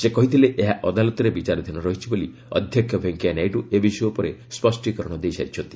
ସେ କହିଥିଲେ ଏହା ଅଦାଲତରେ ବିଚାରାଧୀନ ରହିଛି ବୋଲି ଅଧ୍ୟକ୍ଷ ଭେଙ୍କୟା ନାଇଡ଼ୁ ଏ ବିଷୟ ଉପରେ ସ୍ୱଷ୍ଟିକରଣ ଦେଇସାରିଛନ୍ତି